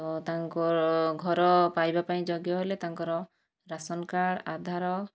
ତ ତାଙ୍କର ଘର ପାଇବା ପାଇଁ ଯୋଗ୍ୟ ହେଲେ ତାଙ୍କର ରାସନ କାର୍ଡ଼ ଆଧାର